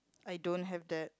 I don't have that